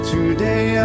Today